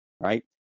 right